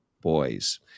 Boys